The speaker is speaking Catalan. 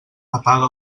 apaga